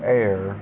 air